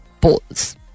polls